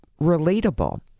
relatable